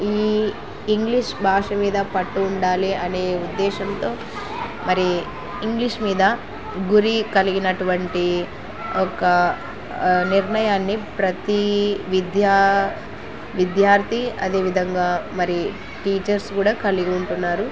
ఈ ఇంగ్లీష్ భాష మీద పట్టు ఉండాలి అనే ఉద్దేశంతో మరి ఇంగ్లీష్ మీద గురి కలిగినటువంటి ఒక నిర్ణయాన్ని ప్రతి విద్యా విద్యార్థి అదేవిధంగా మరి టీచర్స్ కూడా కలిగి ఉంటున్నారు